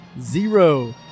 zero